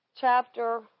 chapter